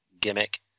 gimmick